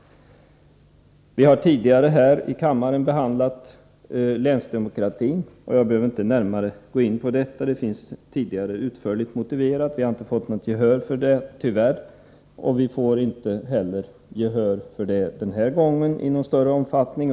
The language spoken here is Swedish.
Vi har tidigare här i kammaren behandlat länsdemokratiska frågor, och jag behöver inte gå närmare in på detta. Det finns utförligt motiverat tidigare. Vi har tyvärr inte fått något gehör för detta, och vi får det inte heller den här gången i någon större omfattning.